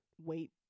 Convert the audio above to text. wait